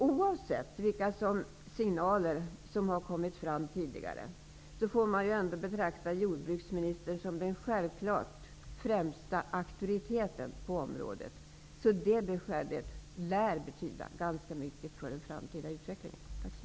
Oavsett vilka signaler som tidigare har kommit, får man ändå betrakta jordbruksministern som den självklart främsta auktoriteten på området. Ministerns besked lär således betyda ganska mycket för den framtida utvecklingen.